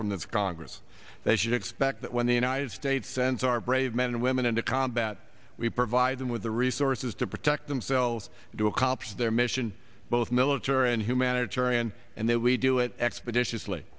from the congress they should expect that when the united states sends our brave men and women into combat we provide them with the resources to protect themselves to accomplish their mission both military and humanitarian and that we do it expeditious